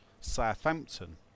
Southampton